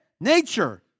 nature